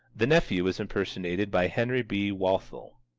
the nephew is impersonated by henry b. walthall.